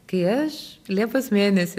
kai aš liepos mėnesį